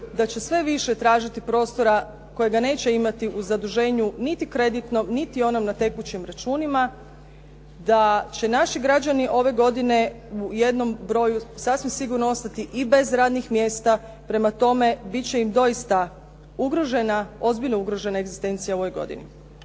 da će sve više tražiti prostora kojega neće imati u zaduženju niti kreditnog, niti onog na tekućim računima, da će naši građani ove godine u jednom broju sasvim sigurno ostati i bez radnih mjesta, prema tome biti će im doista ugrožena, ozbiljno ugrožena egzistencija u ovoj godini.